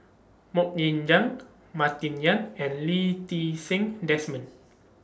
Mok Ying Jang Martin Yan and Lee Ti Seng Desmond